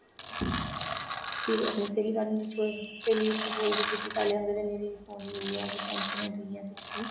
फिर ओह् अपनी स्हेली स्हेली उसी बोलदी कि तू पैह्लें आङर नेईं सोहनी इ'न्नी टेंशन ऐ तुगी इ'यां कुछ बी